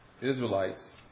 Israelites